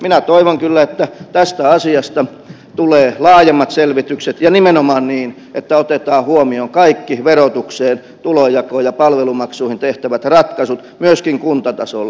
minä toivon kyllä että tästä asiasta tulee laajemmat selvitykset ja nimenomaan niin että otetaan huomion kaikki verotukseen tulonjakoon ja palvelumaksuihin tehtävät ratkaisut myöskin kuntatasolla